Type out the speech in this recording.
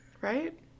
Right